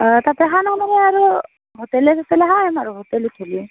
অঁ তাতে খানা মানে আৰু হোটেলে চোটেলে খাম আৰু হোটেলত হ'লে